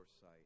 sight